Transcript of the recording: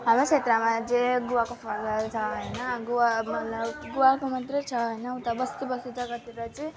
हाम्रो क्षेत्रमा चाहिँ गुवाको फलहरू छ होइन गुवा मतलब गुवाको मात्रै छ होइन उता बस्ती बस्ती जग्गातिर चाहिँ